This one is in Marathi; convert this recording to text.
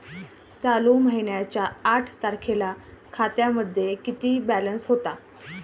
चालू महिन्याच्या आठ तारखेला खात्यामध्ये किती बॅलन्स होता?